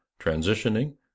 transitioning